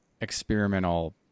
experimental